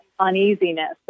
Uneasiness